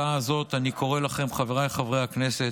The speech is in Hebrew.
זאת אני קורא לכם, חבריי חברי הכנסת,